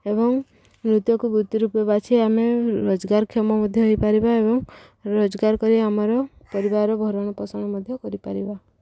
ଏବଂ ନୃତ୍ୟକୁ ବୃତ୍ତି ରୂପେ ବାଛି ଆମେ ରୋଜଗାରକ୍ଷମ ମଧ୍ୟ ହେଇପାରିବା ଏବଂ ରୋଜଗାର କରି ଆମରପରିବାରର ଭରଣ ପୋଷଣ ମଧ୍ୟ କରିପାରିବା